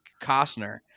Costner